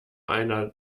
einer